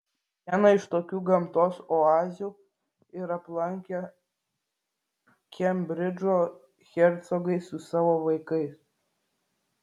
vieną iš tokių gamtos oazių ir aplankė kembridžo hercogai su savo vaikais